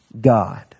God